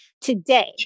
today